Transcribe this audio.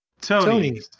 Tony